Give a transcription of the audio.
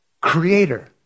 Creator